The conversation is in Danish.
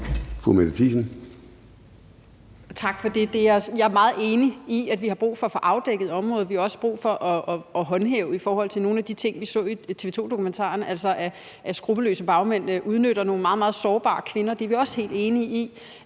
Tak for det. Jeg er meget enig i, at vi har brug for at få afdækket området. Vi har også brug for, at der bliver håndhævet i forhold til nogle af de ting, vi så i TV 2-dokumentaren, altså at skruppelløse bagmænd udnytter nogle meget, meget sårbare kvinder. Det er vi også helt enige i,